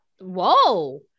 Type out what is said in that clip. whoa